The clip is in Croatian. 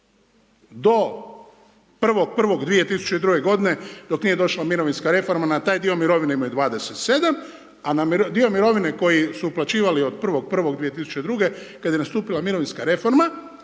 Do 1.1.2002. godine dok nije došla mirovinska reforma na taj dio mirovine imaju 27, a na dio mirovine koji su uplaćivali od 1.1.2002. kada je nastupila mirovinska reforma